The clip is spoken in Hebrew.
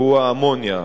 האמוניה.